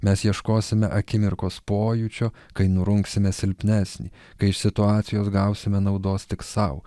mes ieškosime akimirkos pojūčio kai nurungsime silpnesnį kai iš situacijos gausime naudos tik sau